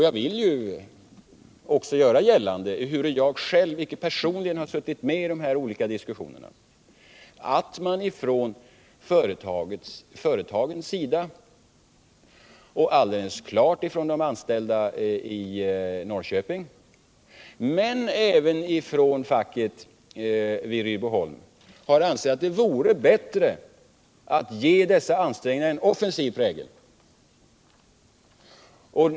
Jag vill också göra gällande, ehuru jag inte personligen har suttit med i dessa diskussioner, att företrädarna för företaget liksom alldeles klart de anställda i Norrköping men även fackrepresentanterna vid Rydboholms AB har ansett att det vore bättre att ge dessa ansträngningar en offensiv prägel.